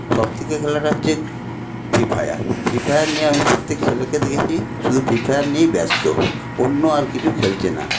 সবথেকে খেলাটা হচ্ছে ফ্রি ফায়ার ফ্রি ফায়ার নিয়ে আমি প্রত্যেক ছেলেকে দেখেছি শুধু ফ্রি ফায়ার নিয়েই ব্যস্ত অন্য আর কিছু খেলছে না